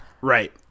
Right